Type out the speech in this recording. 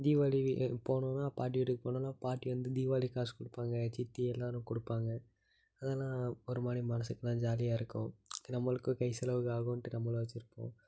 தீவாளி போனோன்னா பாட்டி வீட்டுக்கு போனோன்னா பாட்டி வந்து தீவாளி காசு கொடுப்பாங்க சித்தி எல்லாரும் கொடுப்பாங்க அதெல்லாம் ஒரு மாதிரி மனசுக்குலாம் ஜாலியாக இருக்கும் நம்மளுக்கும் கை செலவுக்கு ஆகுன்ட்டு நம்பளும் வச்சிருப்போம்